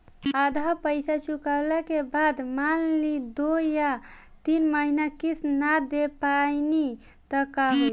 आधा पईसा चुकइला के बाद मान ली दो या तीन महिना किश्त ना दे पैनी त का होई?